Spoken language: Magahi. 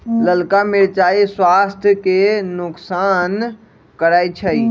ललका मिरचाइ स्वास्थ्य के नोकसान करै छइ